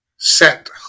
Set